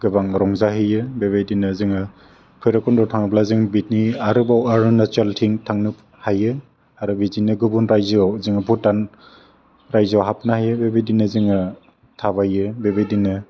गोबां रंजाहैयो बेबायदिनो जोङो भैरब कन्ड' थांब्ला जों बिनि आरोबाव अरुणाचलथिं थांनो हायो आरो बिदिनो गुबुन रायजोआव जोङो भुटान रायजोआव हाबनो हायो बेबायदिनो जोङो थाबायो बेबायदिनो